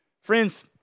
Friends